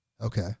Okay